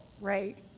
Right